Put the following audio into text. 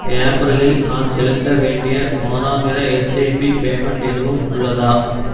ஏப்ரலில் நான் செலுத்த வேண்டிய மாதாந்திர எஸ்ஐபி பேமெண்ட் எதுவும் உள்ளதா